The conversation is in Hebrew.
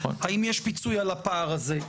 אבל האם יש פיצוי על הפער הזה?